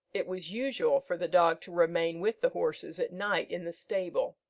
it was usual for the dog to remain with the horses at night in the stable.